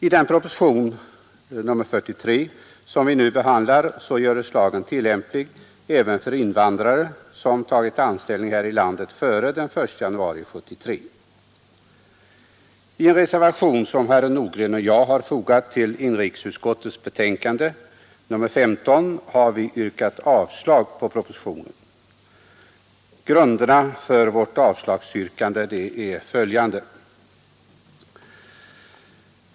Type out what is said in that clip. I propositionen 43 som vi nu behandlar göres lagen tillämplig även för invandrare som tagit anställning här i landet före den 1 januari 1973. I en reservation som herr Nordgren och jag fogat till inrikesutskottets betänkande nr 15 har vi yrkat avslag på propositionen. Grunderna för vårt avslagsyrkande är följande.